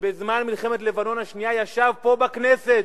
שבזמן מלחמת לבנון השנייה ישב פה בכנסת,